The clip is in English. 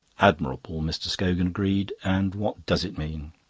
admirable, mr. scogan agreed. and what does it mean?